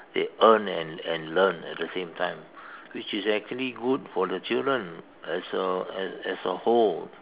they earn and and learn at the same time which is actually good for the children as a as a whole